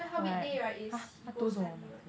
所以他 weekday right is he go study [one]